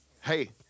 Hey